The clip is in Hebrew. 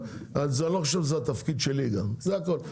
אני לא חושב שזה התפקיד שלי גם זה הכל,